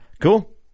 Cool